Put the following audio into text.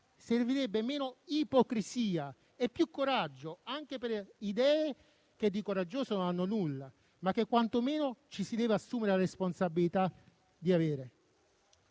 Servirebbero meno ipocrisia e più coraggio anche per idee che di coraggioso non hanno alcunché, ma che quantomeno ci si deve assumere la responsabilità di avere.